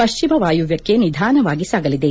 ಪಶ್ಚಿಮ ವಾಯುವ್ಯಕ್ಕೆ ನಿಧಾನವಾಗಿ ಸಾಗಲಿದೆ